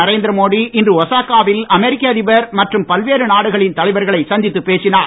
நரேந்திர மோடி இன்று ஒஸாகா வில் அமெரிக்க அதிபர் மற்றும் பல்வேறு நாடுகளின் தலைவர்களை சந்தித்துப் பேசினார்